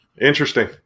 Interesting